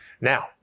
Now